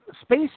Space